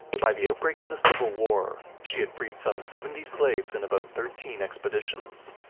by the outbreak of the civil war, she had freed some seventy slaves in about thirteen expeditions.